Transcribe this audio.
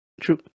True